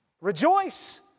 rejoice